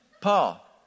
Paul